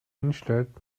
hinstellt